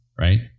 Right